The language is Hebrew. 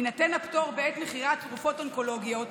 יינתן הפטור בעת מכירת תרופות אונקולוגיות,